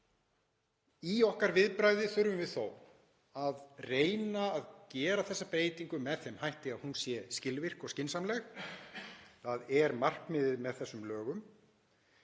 Í okkar viðbragði þurfum við þó að reyna að gera þessa breytingu með þeim hætti að hún sé skilvirk og skynsamleg. Það er markmiðið með þessum lögum.